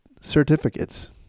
certificates